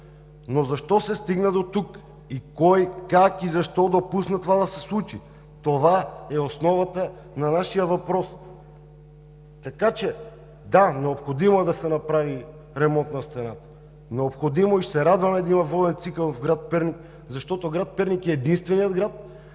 но защо се стигна дотук? Кой, как и защо допусна това да се случи? Това е основата на нашия въпрос. Да, необходимо е да се направи ремонт на стената, необходимо е и ще се радваме да има воден цикъл в град Перник, защото град Перник е единственият